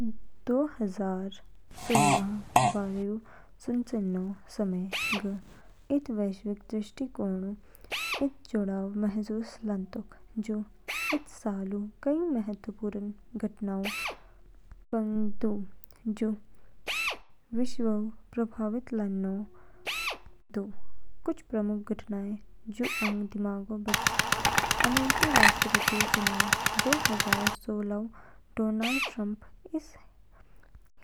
साल दो हजार सोलह बारेऊ सुचेनो समय, ग इद वैश्विक दृष्टिकोण इस जुड़ाव महसूस लानटोक। जू इद सालऊ कई महत्वपूर्ण घटनाओंऊ पंग पंग दू, जूस विश्वऊ प्रभावित लानलान दू। कुछ प्रमुख घटनाएं जू अंग दिमागो बच। अमेरिकी राष्ट्रपतिऊ चुनाव दो हजार सोलहऊ डोनाल्ड ट्रम्प इस